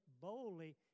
boldly